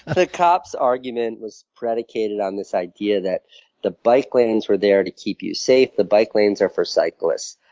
ah the cop's argument was predicated on this idea that the bike lanes were there to keep you safe the bike lanes are for cyclists.